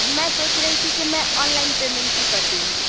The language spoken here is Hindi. मैं सोच रही थी कि मैं ऑनलाइन पेमेंट ही कर दूंगी